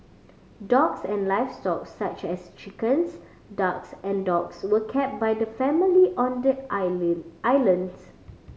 dogs and livestock such as chickens ducks and dogs were kept by the family on the islands